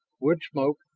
wood smoke,